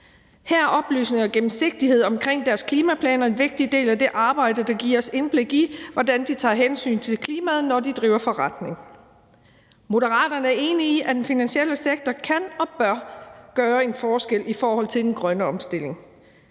Her er oplysning og gennemsigtighed om deres klimaplaner en vigtig del af det arbejde, der giver os indblik i, hvordan de tager hensyn til klimaet, når de driver forretning. Moderaterne er enige i, at den finansielle sektor kan og bør gøre en forskel i forhold til den grønne omstilling.